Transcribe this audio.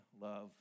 love